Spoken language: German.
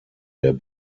der